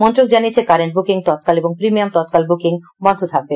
মন্ত্রক জানিয়েছে current booking Tatkal এবং প্রিমিয়াম তৎকাল বুকিং বন্ধ থাকবে